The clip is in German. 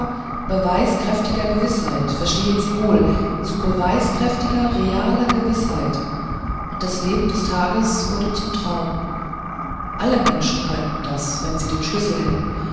apodiktischer beweiskräftiger gewißheit verstehen sie wohl zu beweiskräftiger realer gewißheit und das leben des tages wurde zum traum alle menschen könnten das wenn sie den schlüssel hätten